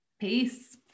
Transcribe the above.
Peace